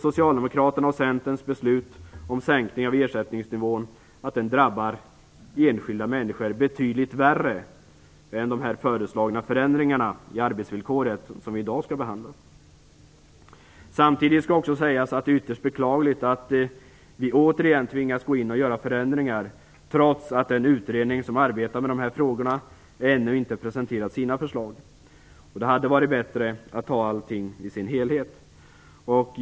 Socialdemokraternas och Centerns beslut om sänkning av ersättningsnivån drabbar enskilda människor betydligt värre än de föreslagna förändringarna i arbetsvillkoret som vi i dag skall behandla. Samtidigt skall också sägas att det är ytterst beklagligt att vi återigen tvingas gå in och göra förändringar, trots att den utredning som arbetar med dessa frågor ännu inte har presenterat sina förslag. Det hade varit bättre att ta allting i sin helhet.